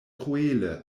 kruele